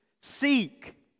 seek